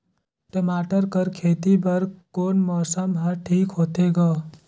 टमाटर कर खेती बर कोन मौसम हर ठीक होथे ग?